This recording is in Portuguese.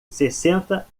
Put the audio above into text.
sessenta